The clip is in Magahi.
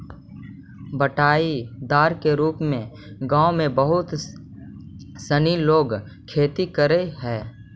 बँटाईदार के रूप में गाँव में बहुत सनी लोग खेती करऽ हइ